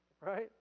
right